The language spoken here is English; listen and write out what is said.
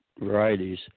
varieties